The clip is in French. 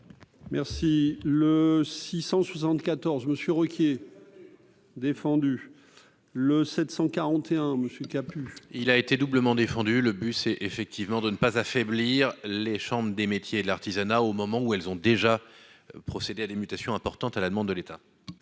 Merci le 674 Monsieur Ruquier défendu le 741 monsieur qui a pu. Il a été doublement défendu le bus, c'est effectivement de ne pas affaiblir les chambres des métiers de l'artisanat, au moment où elles ont déjà procédé à des mutations importantes à la demande de l'État.